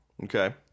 Okay